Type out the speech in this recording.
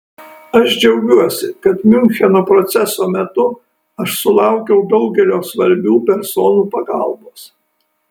aš džiaugiuosi kad miuncheno proceso metu aš sulaukiau daugelio svarbių personų pagalbos